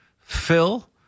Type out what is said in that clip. Phil